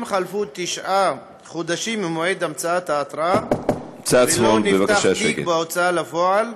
אם חלפו תשעה חודשים ממועד המצאת ההתראה ולא נפתח תיק בהוצאה לפועל,